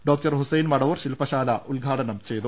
ഡോ ഹുസൈൻ മടവൂർ ശിൽപ്പശാല ഉദ്ഘാടനം ചെയ്തു